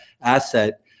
asset